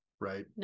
right